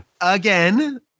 Again